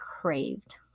craved